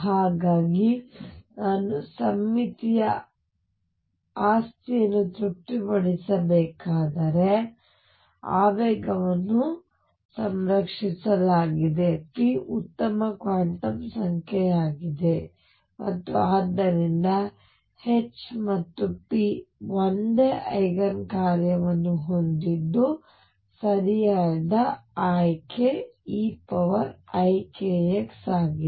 ಹಾಗಾಗಿ ನಾನು ಸಮ್ಮಿತಿಯ ಆಸ್ತಿಯನ್ನು ತೃಪ್ತಿಪಡಿಸಬೇಕಾದರೆ ಆವೇಗವನ್ನು ಸಂರಕ್ಷಿಸಲಾಗಿದೆ p ಉತ್ತಮ ಕ್ವಾಂಟಮ್ ಸಂಖ್ಯೆಯಾಗಿದೆ ಮತ್ತು ಆದ್ದರಿಂದ H ಮತ್ತು p ಒಂದೇ ಐಗನ್ ಕಾರ್ಯವನ್ನು ಹೊಂದಿದ್ದು ಸರಿಯಾದ ಆಯ್ಕೆ eikx ಆಗಿದೆ